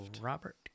Robert